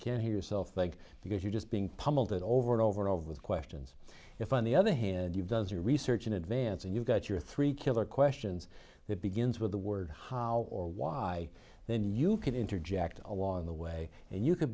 can't hear yourself think because you're just being pummeled it over and over and over with questions if on the other hand you does your research in advance and you've got your three killer questions that begins with the word how or why then you can interject along the way and you c